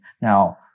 Now